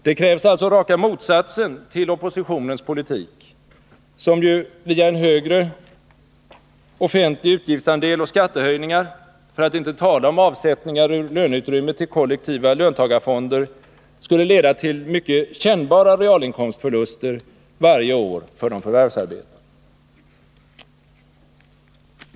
Det krävs alltså raka motsatsen till oppositionens politik, som ju via en högre offentlig utgiftsandel och skattehöjningar — för att inte tala om avsättningar ur löneutrymmet till kollektiva löntagarfonder — skulle leda till mycket kännbara realinkomstförluster varje år för de förvärvsarbetande.